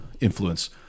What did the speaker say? influence